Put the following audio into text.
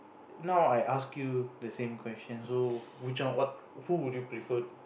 now I ask you the same question so which one what who would you prefer